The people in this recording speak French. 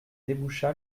déboucha